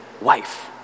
wife